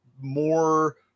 more